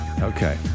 Okay